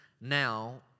Now